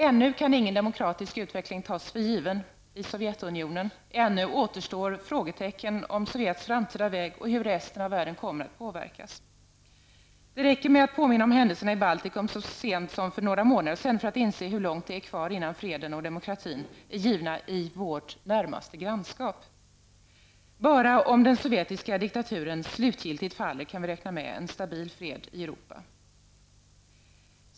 Ännu kan ingen demokratisk utveckling tas för given i Sovjetunionen, ännu återstår frågtecken vad gäller Sovjets framtida väg och hur resten av världen kommer att påverkas. Det räcker med att påminna om händelserna i Baltikum så sent som för några månader sedan för att inse hur långt det är kvar innan freden och demokratin är givna i vårt närmaste grannskap. Bara om den sovjetiska diktaturen slutgiltigt faller kan vi räkna med en stabil fred i Europa.